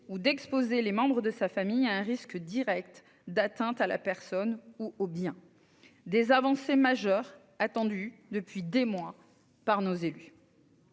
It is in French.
ou d'exposer les membres de sa famille à un risque direct d'atteinte à la personne ou aux biens. Il s'agit d'avancées majeures, attendues depuis des mois par les élus.